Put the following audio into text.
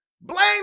Blame